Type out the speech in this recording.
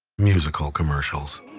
musical commercials